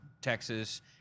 Texas